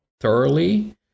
thoroughly